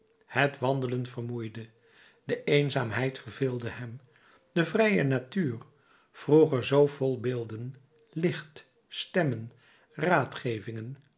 het wandelen vermoeide de eenzaamheid verveelde hem de vrije natuur vroeger zoo vol beelden licht stemmen raadgevingen